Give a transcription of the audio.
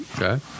Okay